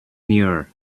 nearer